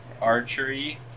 Archery